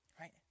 right